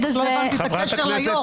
לא הבנתי את הקשר ליושב-ראש.